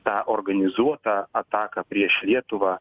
tą organizuotą ataką prieš lietuvą